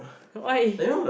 why